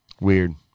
Weird